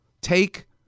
take